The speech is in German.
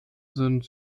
sind